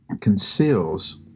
conceals